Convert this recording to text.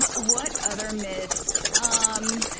but what other myths? um